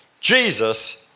Jesus